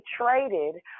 traded